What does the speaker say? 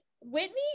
Whitney